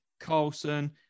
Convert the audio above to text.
Carlson